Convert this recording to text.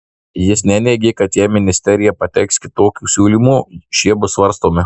jis neneigė kad jei ministerija pateiks kitokių siūlymų šie bus svarstomi